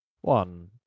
One